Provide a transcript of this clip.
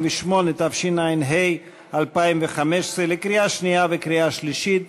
48), התשע"ה 2015, לקריאה שנייה ולקריאה שלישית.